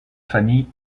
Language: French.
famille